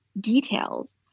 details